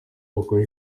bakora